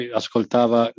ascoltava